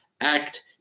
act